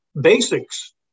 basics